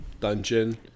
dungeon